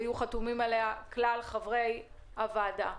ויהיו חתומים עליה כלל חברי הוועדה.